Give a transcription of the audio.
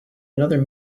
another